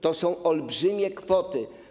To są olbrzymie kwoty.